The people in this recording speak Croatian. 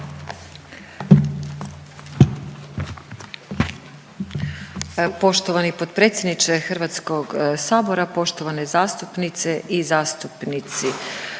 Poštovani potpredsjedniče HS-a, poštovane zastupnice i zastupnici.